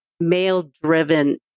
Male-driven